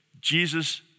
Jesus